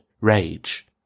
rage